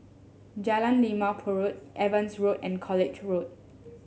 Jalan Limau Purut Evans Road and College Road